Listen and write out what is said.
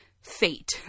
fate